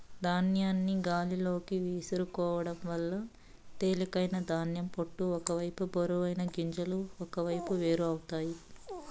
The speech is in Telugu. ధాన్యాన్ని గాలిలోకి విసురుకోవడం వల్ల తేలికైన ధాన్యం పొట్టు ఒక వైపు బరువైన గింజలు ఒకవైపు వేరు అవుతాయి